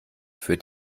für